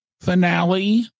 finale